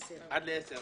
עומדת לך הזכות.